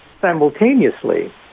simultaneously